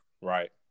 right